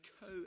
co